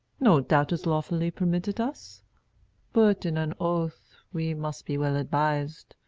no doubt, is lawfully permitted us but in an oath we must be well advised,